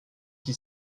qui